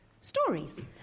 Stories